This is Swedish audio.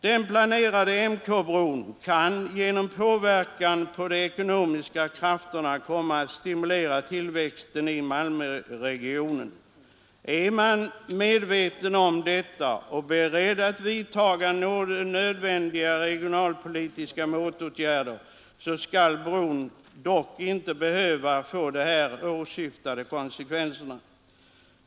Den planerade MK-bron kan genom påverkan från de ekonomiska krafterna komma att stimulera tillväxten i Malmöregionen. Är man medveten om detta och beredd att vidtaga nödvändiga regionalpolitiska motåtgärder, skall bron dock inte behöva få de här åsyftade konsekvenserna.